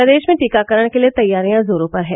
प्रदेश में टीकाकरण के लिए तैयारियां जोरों पर हैं